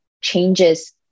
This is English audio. changes